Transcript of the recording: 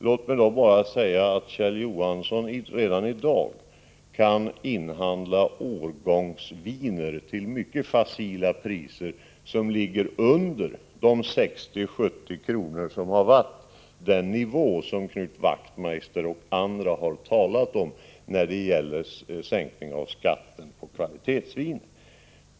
Låt mig bara säga att Kjell Johansson redan i dag kan inhandla årgångsviner till mycket facila priser — priser som ligger under den nivå på 60-70 kr. som Knut Wachtmeister och andra talat om när det gäller sänkning av skatten på kvalitetsviner.